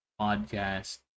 podcast